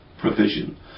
provision